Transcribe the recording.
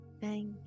thank